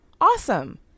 awesome